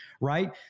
right